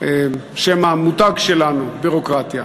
שם המותג שלנו זה ביורוקרטיה.